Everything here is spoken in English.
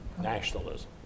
Nationalism